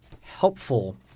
helpful